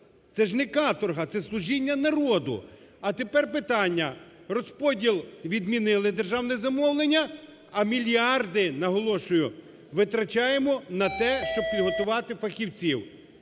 Це ж не каторга, це служіння народу! А тепер питання. Розподіл відмінили, державне замовлення, а мільярди, наголошую, витрачаємо на те, щоб приготувати фахівців.